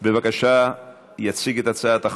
אני מבקש, לפרוטוקול,